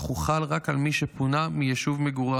אך הוא חל רק על מי שפונה מיישוב מגוריו.